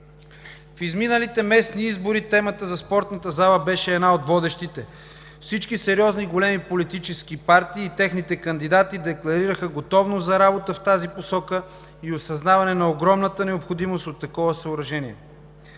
В изминалите местни избори темата за спортната зала беше една от водещите. Всички сериозни големи политически партии и техните кандидати декларираха готовност за работа в тази посока и осъзнаване на огромната необходимост от такова съоръжение.